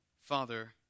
Father